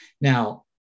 Now